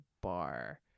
bar